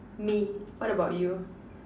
me what about you